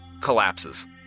collapses